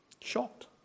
Shocked